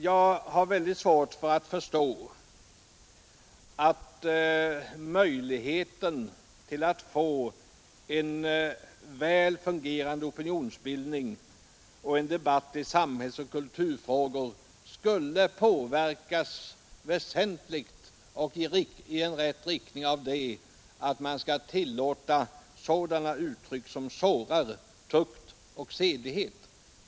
Jag har väldigt svårt att förstå att möjligheten att få en väl fungerande opinionsbildning och en debatt i sam hällsoch kulturfrågor skulle påverkas väsentligt och i rätt riktning av att man tillåter uttryck som sårar tukt och sedlighet.